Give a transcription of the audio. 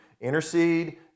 intercede